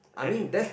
and it and